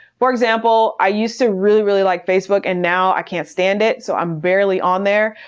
for example, i used to really, really like facebook and now i can't stand it so i'm barely on there,